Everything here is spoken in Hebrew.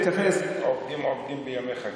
עובדים עובדים בימי חגים?